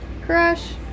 crush